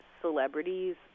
celebrities